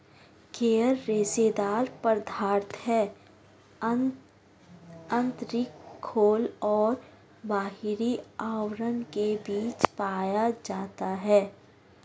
coir रेशेदार पदार्थ है आंतरिक खोल और बाहरी आवरण के बीच पाया जाता है